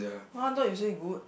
!huh! thought you say you good